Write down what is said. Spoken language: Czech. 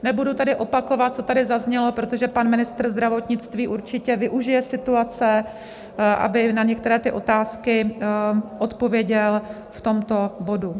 Nebudu tady opakovat, co tady zaznělo, protože pan ministr zdravotnictví určitě využije situace, aby na některé ty otázky odpověděl v tomto bodu.